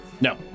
No